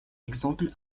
exemple